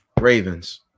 Ravens